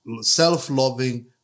self-loving